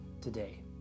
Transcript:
today